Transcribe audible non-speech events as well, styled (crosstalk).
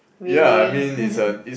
really (laughs)